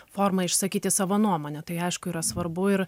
formą išsakyti savo nuomonę tai aišku yra svarbu ir